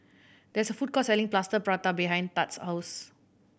there is a food court selling Plaster Prata behind Thad's house